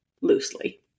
loosely